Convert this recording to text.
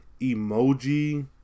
emoji